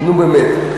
נו, באמת.